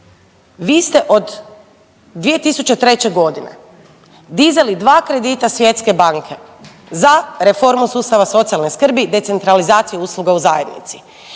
vi ste od 2003. godine dizali dva kredita Svjetske banke za reformu sustava socijalne skrbi, decentralizaciju usluga u zajednici.